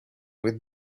with